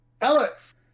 Alex